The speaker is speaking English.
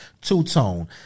Two-tone